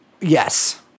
Yes